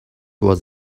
was